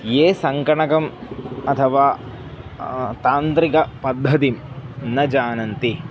ये सङ्कणकम् अथवा तान्त्रिकपद्धतिं न जानन्ति